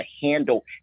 handle